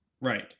Right